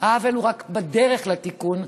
העוול הוא רק בדרך לתיקון,